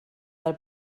del